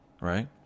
right